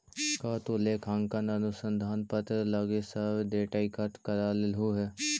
का तु लेखांकन अनुसंधान पत्र लागी सब डेटा इकठ्ठा कर लेलहुं हे?